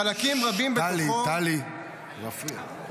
חלקים רבים בתוכו -- טלי, טלי, זה מפריע.